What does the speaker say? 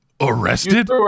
arrested